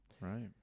right